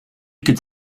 could